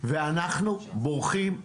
אנחנו בורחים מאחריות.